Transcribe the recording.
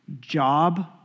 job